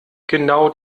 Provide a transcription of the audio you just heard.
genau